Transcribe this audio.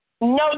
no